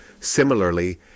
Similarly